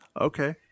okay